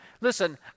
Listen